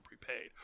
prepaid